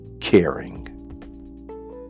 caring